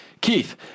Keith